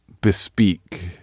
bespeak